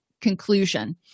conclusion